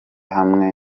hamwe